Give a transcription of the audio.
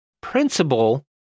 principle